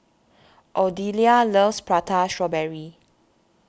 Odelia loves Prata Strawberry